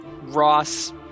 Ross